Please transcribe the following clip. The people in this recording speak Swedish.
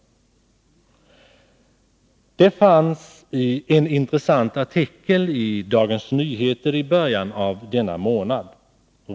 Det fanns en intressant artikel i Dagens Nyheter i början av denna månad.